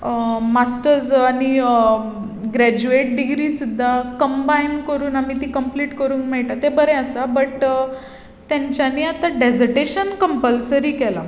masters आनी graduate degree सुद्दां combine करून आमी ती कंम्प्लीट करूंक मेळटा तें बरें आसा बट तेंच्यांनी आतां डेजटेशन कंम्पलसरी केलां